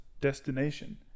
destination